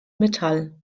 metall